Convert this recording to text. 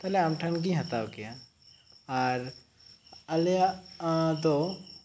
ᱛᱟᱦᱚᱞᱮ ᱟᱢ ᱴᱷᱮᱱ ᱜᱤᱧ ᱦᱟᱛᱟᱣ ᱠᱮᱭᱟ ᱟᱨ ᱟᱞᱮᱭᱟᱜ ᱫᱚ